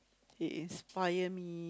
it inspire me